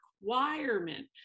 requirement